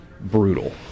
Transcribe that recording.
brutal